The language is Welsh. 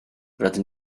rydyn